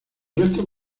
restos